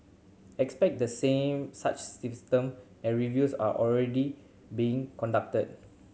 except the same such systems and reviews are already being conducted